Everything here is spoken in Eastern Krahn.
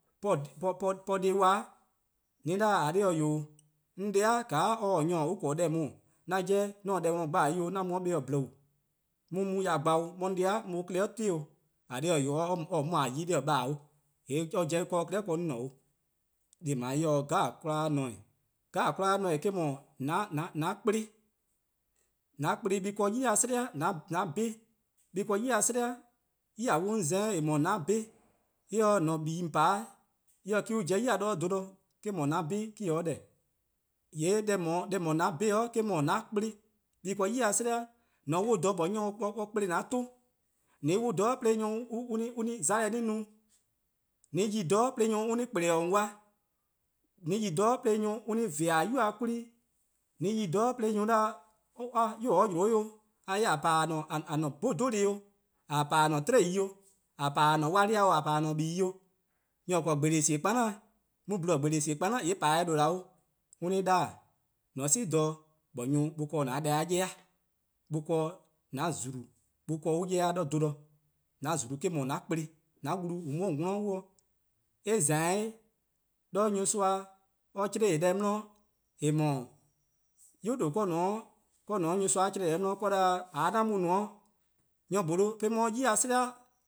po deh+ 'kpa, :an no :ao', :ka 'on 'dei' or nyor :daa on 'ble-a deh :daa, 'an 'jeh 'on :se-' dhih-dih dhele: 'i 'an mu 'o 'kpa 'o, 'an mu 'de 'kpa-a' :bloru: 'on 'ye-eh ya gba :on 'ye 'de 'on 'dei' 'klei' 'ti 'o, :eh :korn dhih-eh 'wee', or-: :a 'yi-' 'de-: :baa-: 'o, :yee' or 'jeh 'de or 'klei' 'de 'on :ne 'o, deh+ :dao' en se 'kmo 'jeh-a :ne-eh. 'Kmo 'jeh-a' :ne-eh eh-: 'dhu, 'an kplen, :an kplen 'nyi eh 'ble 'yi 'sleh-eh:, :an 'bhun+, 'nyi eh 'ble 'yi 'sleh-eh:, 'tior ' 'on :za-dih-eh: :eh :mor :an 'bhun+ eh :se :an-a' buh+buh+ :on pa-a' :me-: :an pobo ya 'do 'bkuhbor' me-: nu :an 'bhun+ :deh, :yee' deh :eh no-a 'bhun+ eh-: 'de :an 'kplan 'nyi eh 'ble 'yi 'sleh-eh:, :mor :on 'wluh 'o dha :nyi nyor :kple :an-a' 'ton-', :an 'wluh 'o dha 'de nyor+ 'mona-' no-', :an yi-a dha 'de nyor+-a :kple-dih: :on 'kwa, :an yi- dha 'de nyor+-a :kpa-dih 'yuba 'kwla+, :an yi-' dha 'de nyor+-a no a 'yu :daa or yi 'de 'o a 'nyi :a :pa-dih: :a-a' 'bhun 'dhu-deh+ 'o, :a :pa-dih :a 'tiei' 'o, :a :pa-dih :a-a'a: 'wla+-ih 'o, :a :pa-dih :a-a'a: buh+ buh+ 'o, nyor :or :korn 'bhorke si 'o 'zorn, 'di :dle-dih: :bhorke si 'o 'zorn :yee' or :pa-dih-eh :due'-deh: 'o, on 'bor-a 'o 'da-', :mor :on 'si 'o dha-dih, 'nyi nyor+ 'ble :an deh-' 'ye-eh:,. nyi on 'ble, :an-a' :zulu, 'nyi 'on 'ble on 'ye-a 'do 'bluhbor, :an :zulu eh-: 'dhu :an-a' 'kplen, :an 'wlu :an mu-a 'de :on 'worn 'wluh-', eh :za-eh- 'weh 'de nyorsor-a :chlee-deh 'di, eh :mor, 'yu :due :or-: :ne 'de nyorsoa-a :chlee-deh 'di :or 'da, :ka 'an mu no-: nyor :bholo' 'de mor 'yi- 'sleh,